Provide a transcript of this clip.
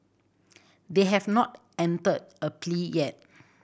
they have not entered a plea yet